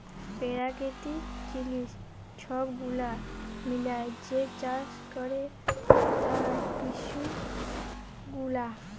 পেরাকিতিক জিলিস ছব গুলা মিলাঁয় যে চাষ ক্যরে তার ইস্যু গুলা